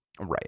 Right